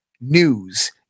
News